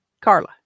Carla